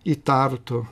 į tartu